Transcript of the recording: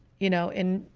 you know, in,